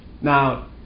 now